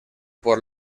por